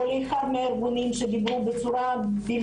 ועה דיאמונד לגבי הבקשות שהן מגישות או